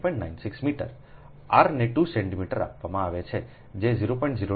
r ને 2 centimetre આપવામાં આવે છે જે 0